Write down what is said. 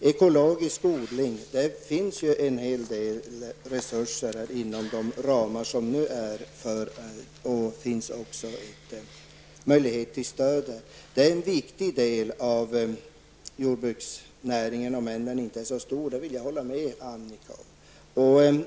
Det finns inom de nuvarande ramarna en hel del resurser för den ekologiska odlingen och även möjligheter till stöd. Detta är en viktig del av jordbruksnäringen om än inte så stor, det vill jag hålla med Annika Åhnberg om.